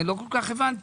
לא כל כך הבנתי.